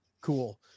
Cool